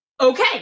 okay